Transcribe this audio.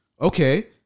Okay